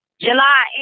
July